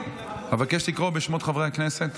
אבקש לקרוא בשמות חברי הכנסת.